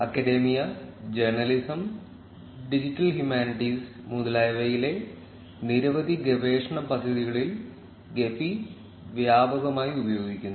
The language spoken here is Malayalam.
അക്കഡെമിയ ജേണലിസം ഡിജിറ്റൽ ഹ്യുമാനിറ്റീസ് മുതലായവയിലെ നിരവധി ഗവേഷണ പദ്ധതികളിൽ ഗെഫി വ്യാപകമായി ഉപയോഗിക്കുന്നു